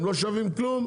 הם לא שווים כלום,